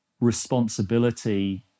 responsibility